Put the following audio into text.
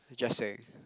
just saying